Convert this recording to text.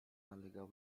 nalegał